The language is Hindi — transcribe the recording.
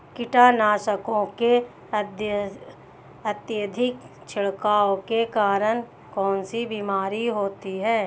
कीटनाशकों के अत्यधिक छिड़काव के कारण कौन सी बीमारी होती है?